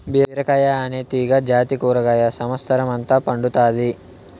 బీరకాయ అనే తీగ జాతి కూరగాయ సమత్సరం అంత పండుతాది